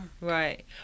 right